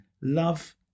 love